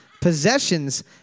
possessions